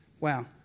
Wow